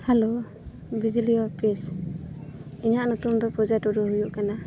hello ᱵᱤᱡᱽᱞᱤ office ᱤᱧᱟᱹᱜ ᱧᱩᱛᱩᱢ ᱫᱚ ᱯᱩᱡᱟ ᱴᱩᱰᱩ ᱦᱩᱭᱩᱜ ᱠᱟᱱᱟ